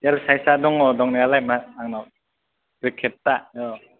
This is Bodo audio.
एल साइसआ दङ दंनायालाय आंनाव जेकेटआ औ